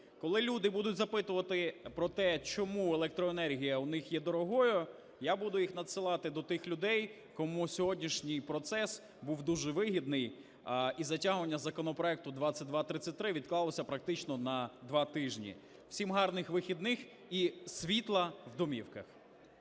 Коли люди будуть запитувати про те, чому електроенергія у них є дорогою, я буду їх надсилати до тих людей, кому сьогоднішній процес був дуже вигідний, і затягування законопроекту 2233 відклалося практично на два тижні. Всім гарних вихідних і світла в домівках.